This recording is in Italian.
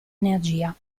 energia